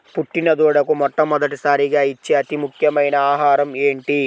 పుట్టిన దూడకు మొట్టమొదటిసారిగా ఇచ్చే అతి ముఖ్యమైన ఆహారము ఏంటి?